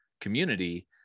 community